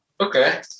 Okay